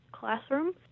classroom